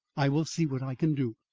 i will see what i can do.